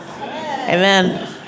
Amen